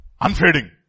unfading